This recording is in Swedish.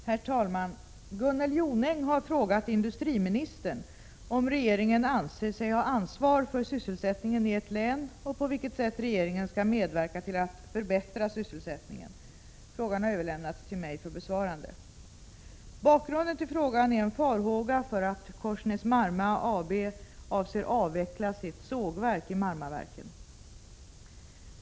Herr talman! Gunnel Jonäng har frågat industriministern om regeringen anser sig ha ansvar för sysselsättningen i ett län och på vilket sätt regeringen skall medverka till att förbättra sysselsättningen. Frågan har överlämnats till mig för besvarande. Bakgrunden till frågan är en farhåga för att Korsnäs-Marma AB avser avveckla sitt sågverk i Marmaverken.